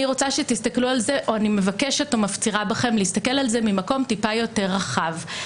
אני מבקשת או מפצירה בכם להסתכל על זה ממקום טיפה יותר רחב.